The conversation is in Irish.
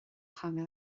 theanga